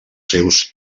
seus